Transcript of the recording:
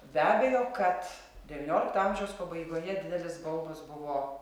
be abejo kad devyniolikto amžiaus pabaigoje didelis baubas buvo